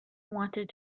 wanted